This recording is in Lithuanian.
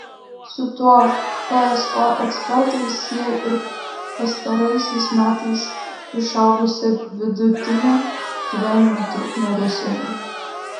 su tuo pso ekspertai siejo ir pastaraisiais metais išaugusią vidutinę gyvenimo trukmę rusijoje